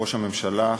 ראש הממשלה,